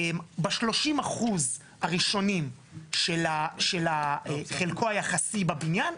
ב-30 אחוזים הראשונים של חלקו היחסי בבניין,